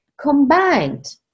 combined